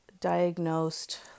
diagnosed